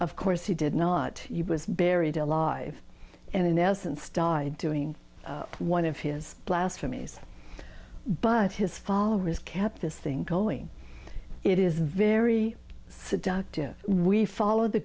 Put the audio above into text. of course he did not was buried alive and in essence died doing one of his blasphemies but his followers kept this thing going it is very seductive we follow the